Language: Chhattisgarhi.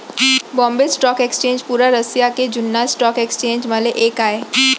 बॉम्बे स्टॉक एक्सचेंज पुरा एसिया के जुन्ना स्टॉक एक्सचेंज म ले एक आय